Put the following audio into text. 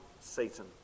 Satan